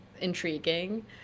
intriguing